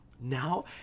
now